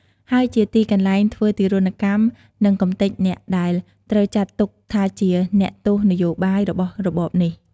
ហើយជាទីកន្លែង ធ្វើទារុណកម្ម និងកំទេចអ្នកដែលត្រូវចាត់ទុកថាជា “អ្នកទោសនយោបាយ” របស់របបនេះ។